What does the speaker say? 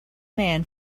man